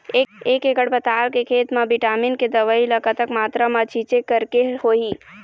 एक एकड़ पताल के खेत मा विटामिन के दवई ला कतक मात्रा मा छीचें करके होही?